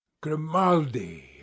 grimaldi